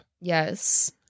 Yes